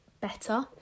better